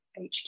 HQ